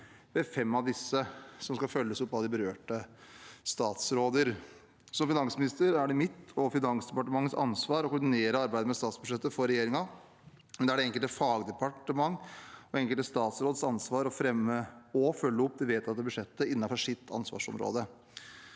ved 5 av disse, som skal følges opp av de berørte statsråder. Som finansminister er det mitt og Finansdepartementets ansvar å koordinere arbeidet med statsbudsjettet for regjeringen, men det er det enkelte fagdepartement og den enkelte statsråds ansvar å fremme og følge opp det vedtatte budsjettet innenfor sitt ansvarsområde.